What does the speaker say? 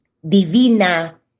divina